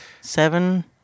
seven